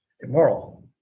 immoral